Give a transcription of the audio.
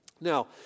Now